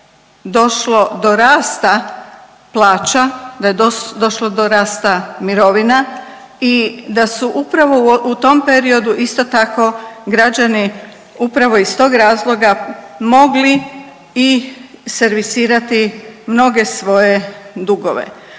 došlo do rasta plaća, da je došlo do rasta mirovina i da su upravo u tom periodu isto tako građani upravo iz tog razloga mogli i servisirati mnoge svoje dugove.